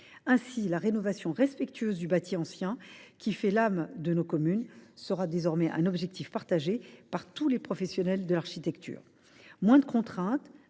Ainsi, la rénovation respectueuse du bâti ancien, qui fait l’âme de nos communes, sera désormais un objectif partagé par tous les professionnels de l’architecture. Moins de contraintes,